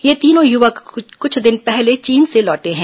ये तीनों युवक कुछ दिन पहले चीन से लौटे हैं